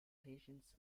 patience